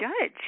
judge